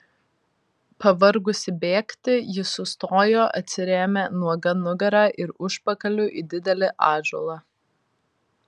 pavargusi bėgti ji sustojo atsirėmė nuoga nugara ir užpakaliu į didelį ąžuolą